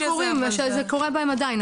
הזה --- יש קורסים שזה קורה בהם עדיין,